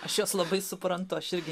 aš juos labai suprantu aš irgi